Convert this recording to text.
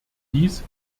dies